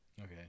Okay